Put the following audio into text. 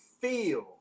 feel